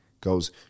goes